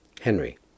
Henry